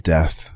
Death